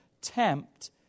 tempt